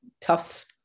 tough